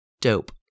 dope